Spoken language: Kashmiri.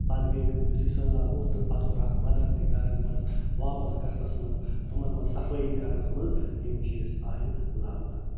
پتہٕ گٔے کٲم یُتھٕے سہلاب ووٚتھ تہٕ پتہٕ کوٚرہاکھ مدتھ تہِ گَرَن منٛز واپَس گژھَنس منٛز تِمَن منٛز صفٲیی کرنَس منٛز یِم چیٖز آیہِ لَبنہٕ